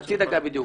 חצי דקה בדיוק.